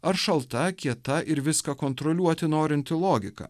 ar šalta kieta ir viską kontroliuoti norinti logika